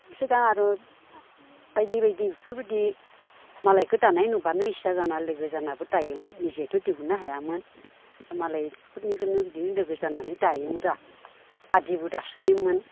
सिगां आरो बायदि बायदि बिफोरबायदि मालायखो दानाय नुब्लानो इस्सा जाना लोगो जानाबो दायोमोन निजेथ' दिहुननो हायामोन मालायफोरनिखोनो बिदिनो लोगो जानानै दायोमोन रा आदिबो दासोयोमोन